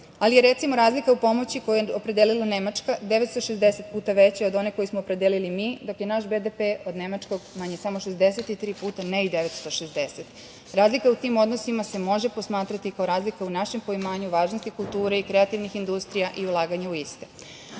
ali je recimo razlika u pomoći koju je opredelila Nemačka 960 puta veće od one koju smo opredelili mi, dok je naš BDP od nemačkog manji samo 63 puta, ne i 960. Razlika u tim odnosima se može posmatrati kao razlika u našem poimanju važnosti kulture i kreativnih industrija i ulaganju u iste.